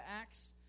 Acts